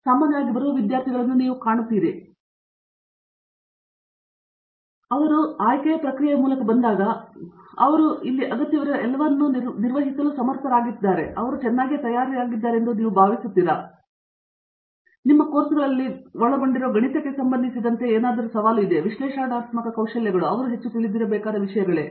ಸಾಮಾನ್ಯವಾಗಿ ಬರುವ ವಿದ್ಯಾರ್ಥಿಗಳನ್ನು ನೀವು ಕಾಣುತ್ತೀರಾ ಅವರು ನಮ್ಮ ಆಯ್ಕೆಯ ಪ್ರಕ್ರಿಯೆಯ ಮೂಲಕ ಬಂದಾಗ ಅವರು ನಮಗೆ ಇಲ್ಲಿ ಅಗತ್ಯವಿರುವ ಎಲ್ಲವನ್ನೂ ನಿರ್ವಹಿಸಲು ಸಮರ್ಥರಾಗಿದ್ದಾರೆ ಅಥವಾ ಅವರು ಚೆನ್ನಾಗಿ ತಯಾರಿಸುತ್ತಿದ್ದಾರೆ ಎಂದು ನೀವು ಭಾವಿಸುತ್ತೀರಾ ನಮ್ಮ ಕೋರ್ಸ್ಗಳಲ್ಲಿ ಒಳಗೊಂಡಿರುವ ಗಣಿತಕ್ಕೆ ಸಂಬಂಧಿಸಿದಂತೆ ಅವರು ಹೇಳುವ ಯಾವುದೇ ಸವಾಲು ಇದೆಯೇ ಯಾವುದೇ ವಿಶ್ಲೇಷಣಾತ್ಮಕ ಕೌಶಲ್ಯಗಳು ಅವುಗಳು ಹೆಚ್ಚು ತಿಳಿದಿರಬೇಕಾದ ವಿಷಯಗಳೇ